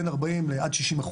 בין 40% עד 60%,